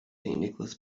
nicholas